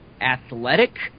athletic